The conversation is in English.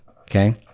Okay